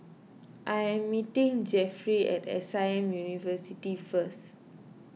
I am meeting Jefferey at S I M University first